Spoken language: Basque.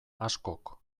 askok